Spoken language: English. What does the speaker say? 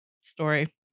story